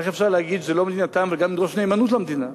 איך אפשר להגיד שזאת לא מדינתם וגם לדרוש נאמנות למדינה?